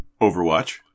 Overwatch